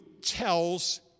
tells